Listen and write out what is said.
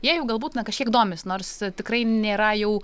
jie jau galbūt na kažkiek domisi nors tikrai nėra jau